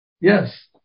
yes